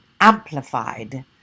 amplified